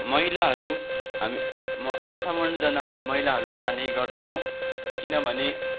महिलाहरू हामी माछा मार्नु जाँदा हामी महिलाहरूलाई लाने गर्दैनौँ किनभने